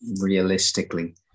realistically